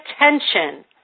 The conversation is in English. attention